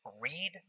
read